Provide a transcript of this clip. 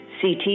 CT